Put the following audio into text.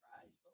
fries